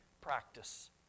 practice